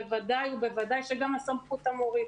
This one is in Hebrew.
בוודאי ובוודאי שגם הסמכות המורית.